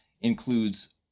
includes